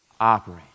operate